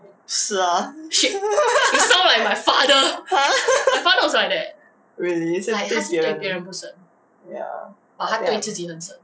是 ah !huh! really so 他对别人 ya